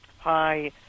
Hi